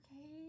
okay